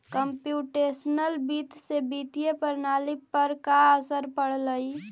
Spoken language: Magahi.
कंप्युटेशनल वित्त से वित्तीय प्रणाली पर का असर पड़लइ